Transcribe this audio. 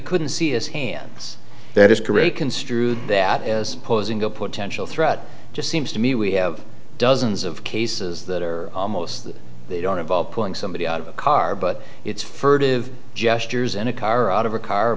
couldn't see his hands that is correct construed that as posing a potential threat just seems to me we have dozens of cases that are almost they don't involve pulling somebody out of a car but it's furtive gestures and a car out of a car